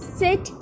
sit